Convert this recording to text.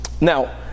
Now